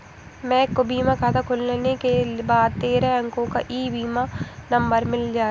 महक को बीमा खाता खुलने के बाद तेरह अंको का ई बीमा नंबर मिल गया